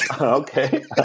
okay